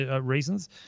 reasons